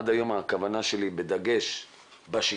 עד היום, הכוונה שלי בדגש על השגרה,